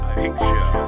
picture